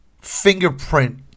fingerprint